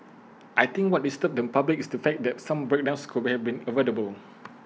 I think what disturbs the public is the fact that some breakdowns could have been avoidable